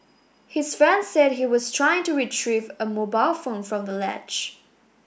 his friend said he was trying to retrieve a mobile phone from the ledge